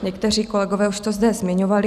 Někteří kolegové už to zde zmiňovali.